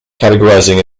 categorizing